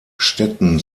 städten